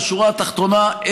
בשורה התחתונה,